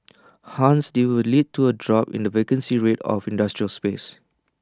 hence they would lead to A drop in the vacancy rate of industrial space